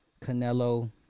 Canelo